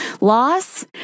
Loss